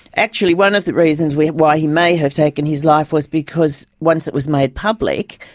actually one of the reasons why why he may have taken his life, was because once it was made public,